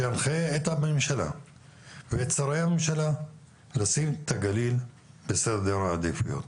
שינחה את הממשלה ואת שרי הממשלה לשים את הגליל בסדר העדיפויות.